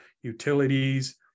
utilities